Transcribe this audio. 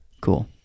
Cool